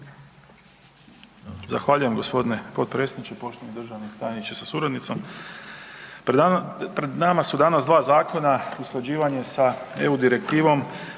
Zahvaljujem g. potpredsjedniče, poštovani državni tajniče sa suradnicom. Pred nama su danas 2 zakona, usklađivanje sa EU direktivom.